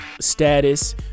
status